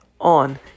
on